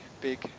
big